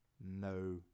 no